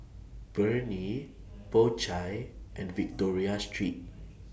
Burnie Po Chai and Victoria Secret